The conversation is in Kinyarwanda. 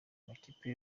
amakipe